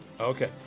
Okay